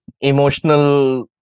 emotional